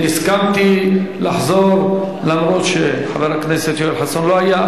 אני הסכמתי לחזור אף שחבר הכנסת יואל חסון לא היה.